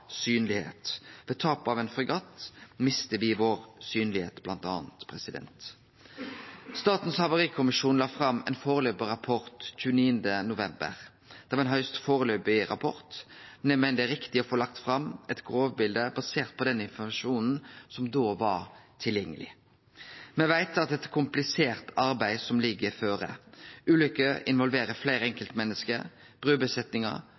Ved tap av ein fregatt blir me bl.a. mindre synlege. Statens havarikommisjon la fram ein førebels rapport den 29. november. Det var ein høgst førebels rapport, men eg meiner det var riktig å få lagt fram eit grovbilde basert på den informasjonen som da var tilgjengeleg. Me veit at det er eit komplisert arbeid som ligg føre. Ulykker involverer fleire